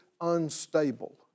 unstable